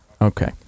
Okay